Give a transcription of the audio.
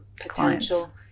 Potential